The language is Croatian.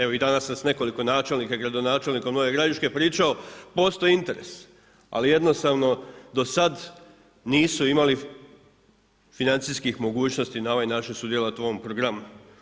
Evo i danas sam s nekoliko načelnika i gradonačelnika Nove Gradiške pričao, postoji interes, ali jednostavno do sada nisu imali financijskih mogućnosti na ovaj način sudjelovati u ovom programu.